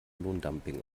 lohndumping